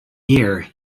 year